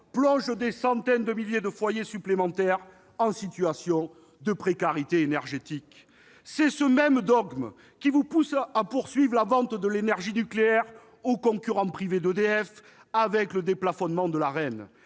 plonge des centaines de milliers de foyers supplémentaires dans la précarité énergétique ! Eh oui ! C'est ce même dogme qui vous pousse à poursuivre la vente de l'énergie nucléaire au concurrent privé d'EDF, avec le déplafonnement de l'Arenh.